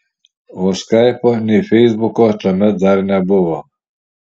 o skaipo nei feisbuko tuomet dar nebuvo